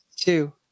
two